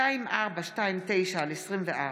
פ/2429/24